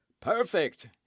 Perfect